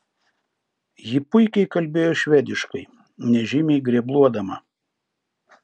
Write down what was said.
ji puikiai kalbėjo švediškai nežymiai grebluodama